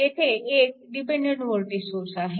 येथे एक dependent voltage source आहे